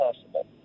possible